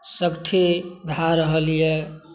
सगरे भए रहल यऽ